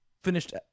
finished